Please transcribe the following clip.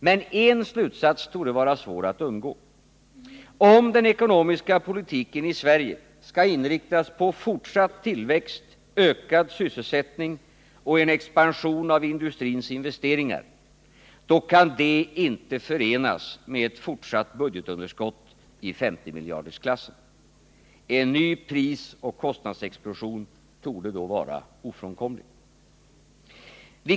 Men en slutsats torde vara svår att undgå: Om den ekonomiska politiken i Sverige skall inriktas på fortsatt tillväxt, ökad sysselsättning och en expansion av industrins investeringar, kan det inte förenas med ett fortsatt budgetunderskott i 50-miljardersklassen. En ny prisoch kostnadsexplosion torde då vara ofrånkomlig.